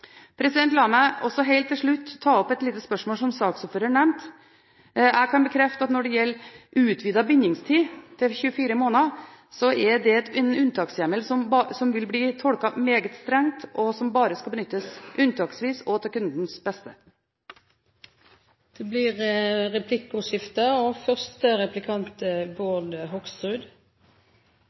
La meg også helt til slutt ta opp et lite spørsmål som saksordføreren nevnte. Jeg kan bekrefte at når det gjelder utvidet bindingstid på 24 måneder, er det en unntakshjemmel som vil bli tolket meget strengt, og som bare skal benyttes unntaksvis og til kundens beste. Det blir replikkordskifte.